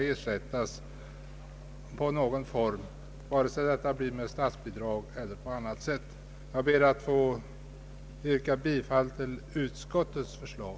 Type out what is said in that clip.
Jag ber att få yrka bifall till utskottets förslag.